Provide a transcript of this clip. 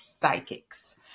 psychics